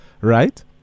right